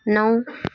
नौ